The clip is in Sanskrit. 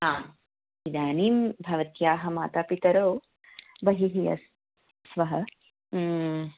हा इदानीं भवत्याः मातापितरौ बहिः अस्ति स्व्वः